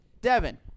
Devin